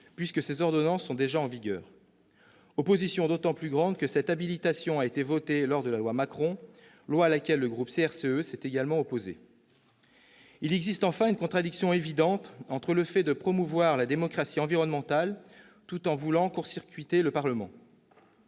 puisque ces ordonnances sont déjà en vigueur. Notre opposition est d'autant plus grande que cette habilitation a été votée lors de la loi Macron, loi à laquelle le groupe CRCE s'est opposé. Il existe, enfin, une contradiction évidente entre le fait de promouvoir la démocratie environnementale et la volonté de court-circuiter le Parlement.